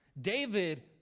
David